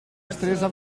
ustreza